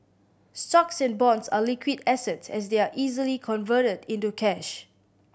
stocks and bonds are liquid assets as they are easily converted into cash